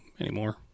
anymore